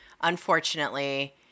unfortunately